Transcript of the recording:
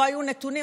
לא היו נתונים,